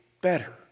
better